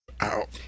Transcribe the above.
out